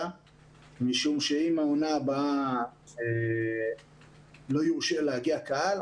משום שאם העונה הבאה לא יורשה להגיע קהל,